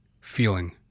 feeling